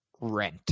rent